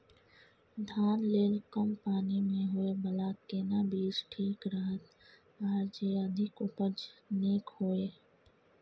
धान लेल कम पानी मे होयबला केना बीज ठीक रहत आर जे अधिक उपज नीक होय?